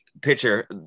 pitcher